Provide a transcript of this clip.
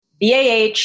BAH